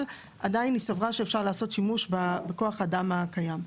אבל עדיין היא סברה שאפשר לעשות שימוש בכוח האדם הקיים.